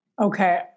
Okay